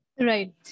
Right